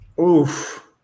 oof